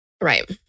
Right